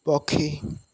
ପକ୍ଷୀ